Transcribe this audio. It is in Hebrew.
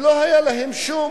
ולא היתה להם שום